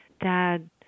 Dad